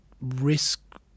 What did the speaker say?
risk